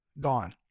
gone